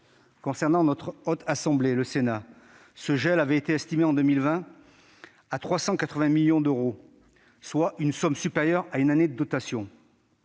concerne la Haute Assemblée, ce gel avait été estimé en 2020, à 388 millions d'euros, soit une somme supérieure à une année de dotation.